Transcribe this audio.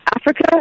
Africa